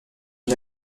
une